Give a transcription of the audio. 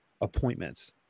appointments